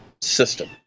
system